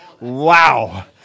wow